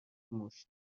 موش